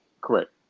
correct